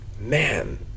man